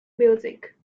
music